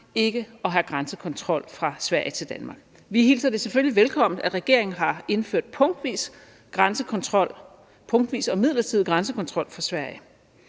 ikke at have grænsekontrol fra Sverige til Danmark. Vi hilser det selvfølgelig velkommen, at regeringen har indført punktvis og midlertidig grænsekontrol fra Sverige.